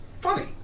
funny